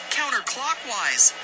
counterclockwise